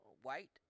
white